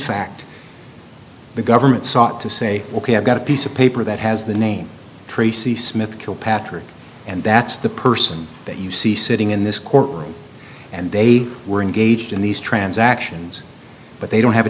fact the government sought to say ok i've got a piece of paper that has the name tracy smith kilpatrick and that's the person that you see sitting in this courtroom and they were engaged in these transactions but they don't have a